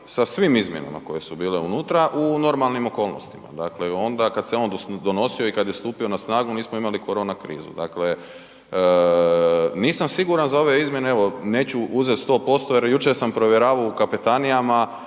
sa svim izmjenama koje su bile unutra u normalnim okolnostima, dakle i onda kad se on donosio i kad je stupio na snagu, mi smo imali korona krizu. Dakle, nisam siguran za ove izmjene, evo, neću uzeti 100% jer jučer sam provjeravao u kapetanijama